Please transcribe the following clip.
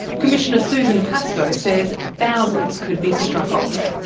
commissioner susan pascoe says thousands could be struck off.